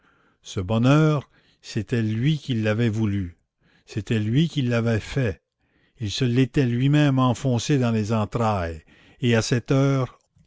ce bonheur c'était lui qui l'avait voulu c'était lui qui l'avait fait il se l'était lui-même enfoncé dans les entrailles et à cette heure